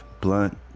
blunt